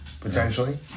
potentially